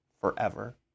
forever